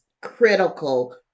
critical